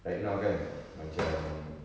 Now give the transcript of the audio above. like now kan macam